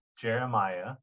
Jeremiah